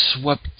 swept